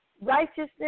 righteousness